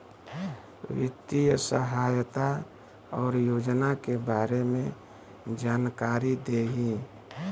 वित्तीय सहायता और योजना के बारे में जानकारी देही?